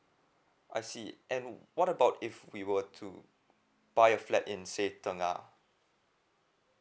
I see and what about if we were to buy a flat in say tengah